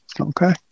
Okay